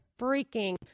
freaking